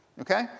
Okay